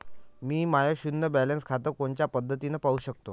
मी माय शुन्य बॅलन्स खातं कोनच्या पद्धतीनं पाहू शकतो?